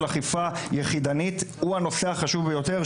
אכיפה יחידנית הוא הנושא החשוב ביותר.